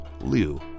Liu